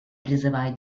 призываю